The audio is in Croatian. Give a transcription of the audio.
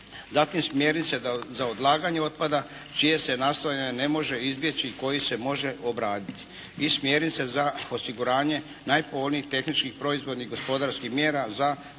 zatim smjernice za odlaganje otpada čije se nastojanje ne može izbjeći koji se može obraditi i smjernice za osiguranje najpovoljnijih tehničkih proizvodnih gospodarskih mjera za postizanje